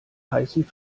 heißen